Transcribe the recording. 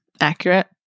accurate